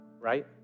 right